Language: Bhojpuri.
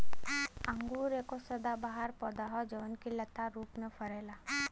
अंगूर एगो सदाबहार पौधा ह जवन की लता रूप में फरेला